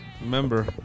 Remember